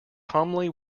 calmly